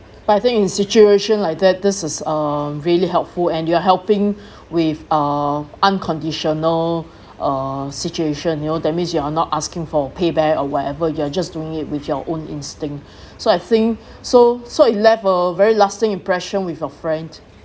but I think in situation like that this is um really helpful and you are helping with uh unconditional uh situation you know that means you're not asking for pay back or wherever you are just doing it with your own instinct so I think so so it left a very lasting impression with your friend